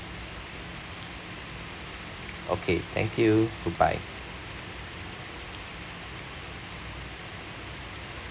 okay thank you goodbye